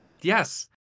Yes